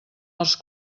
els